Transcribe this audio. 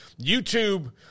YouTube